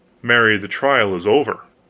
marry, the trial is over.